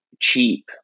cheap